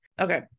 Okay